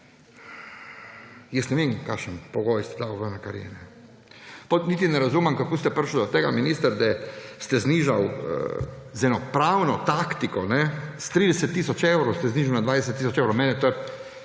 Jaz ne vem, kakšen pogoj ste dali ven in kar je. Niti ne razumem, kako ste prišli do tega, minister, da ste znižali z eno pravno taktiko s 30 tisoč evrov na 20 tisoč evrov. Meni je to